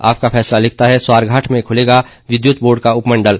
आपका फैसला लिखता है स्वारघाट में खुलेगा विद्युत बोर्ड का उपमंडल